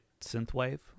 synthwave